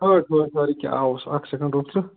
ٹھٔہر ٹھٔہر ٹھٔہر یہِ کہِ آوُس اکھ سیکنٛڈ رُک ژٕ